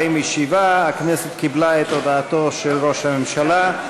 47. הכנסת קיבלה את הודעתו של ראש הממשלה.